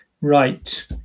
right